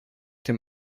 dem